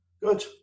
good